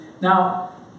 Now